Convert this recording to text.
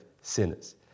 sinners